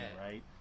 right